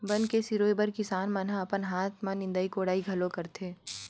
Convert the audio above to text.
बन के सिरोय बर किसान मन ह अपन हाथ म निंदई कोड़ई घलो करथे